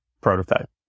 prototype